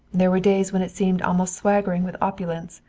there were days when it seemed almost swaggering with opulence.